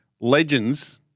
legends